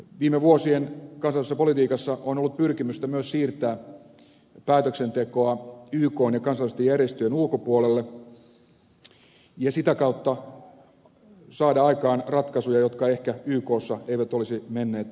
viime vuosien kansainvälisessä politiikassa on ollut pyrkimystä myös siirtää päätöksentekoa ykn ja kansainvälisten järjestöjen ulkopuolelle ja sitä kautta saada aikaan ratkaisuja jotka ehkä ykssa eivät olisi menneet lävitse